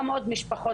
גם עוד משפחות,